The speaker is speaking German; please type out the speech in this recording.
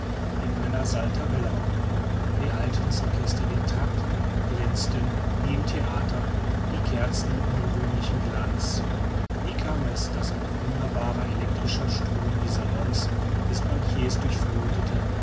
in eine saltarella um beeilte das orchester den tact glänzten wie im theater die kerzen in ungewöhnlichem glanz wie kam es daß ein wunderbarer elektrischer strom die salons des banquiers